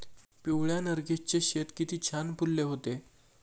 पिवळ्या नर्गिसचे शेत किती छान फुलले होते